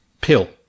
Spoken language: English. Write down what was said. pill